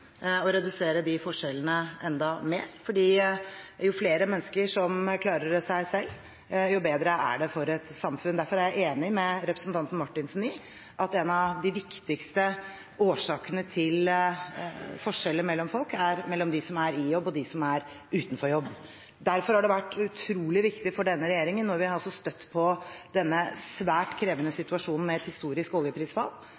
å redusere forskjellene enda mer, for jo flere mennesker som klarer seg selv, jo bedre er det for et samfunn. Derfor er jeg enig med representanten Marthinsen i at en av de viktigste årsakene til forskjeller mellom folk, er skillet mellom dem som er i jobb, og dem som er utenfor jobb. Derfor har det vært utrolig viktig for denne regjeringen når vi har støtt på denne svært krevende